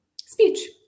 speech